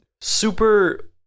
super